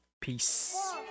Peace